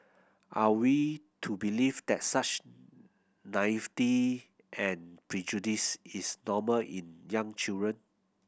are we to believe that such naivety and prejudice is normal in young children